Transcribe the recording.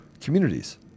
communities